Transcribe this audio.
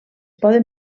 poden